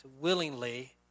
willingly